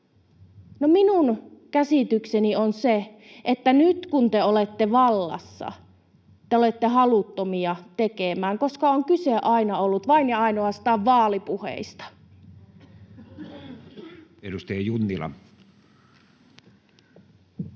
Minun käsitykseni on se, että nyt kun te olette vallassa, te olette haluttomia tekemään, koska kyse on aina ollut vain ja ainoastaan vaalipuheista. [Speech 139]